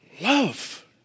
love